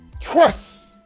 Trust